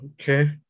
okay